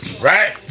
Right